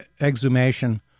exhumation